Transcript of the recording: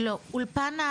לא,